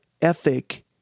ethic